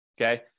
okay